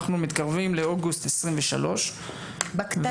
אנחנו מתקרבים לאוגוסט 2023 בקטנה.